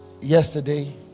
yesterday